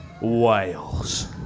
Wales